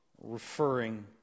referring